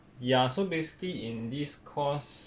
ya so basically in this course